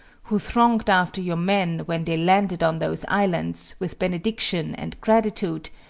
who thronged after your men, when they landed on those islands, with benediction and gratitude,